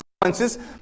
consequences